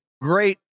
great